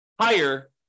higher